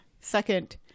second